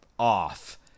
Off